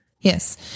Yes